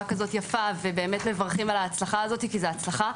יפה ומברכים על ההצלחה הזאת כי זו הצלחה.